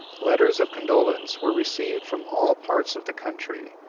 letters of condolence were received from all parts of the country,